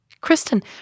Kristen